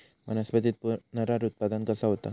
वनस्पतीत पुनरुत्पादन कसा होता?